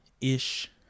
ish